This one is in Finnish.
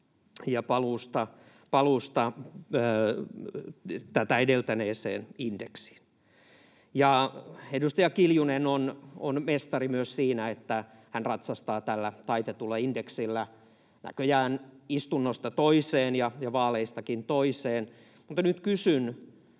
ja paluusta tätä edeltäneeseen indeksiin. Edustaja Kiljunen on mestari myös siinä, että hän ratsastaa tällä taitetulla indeksillä näköjään istunnosta toiseen ja vaaleistakin toiseen. Mutta nyt kysyn,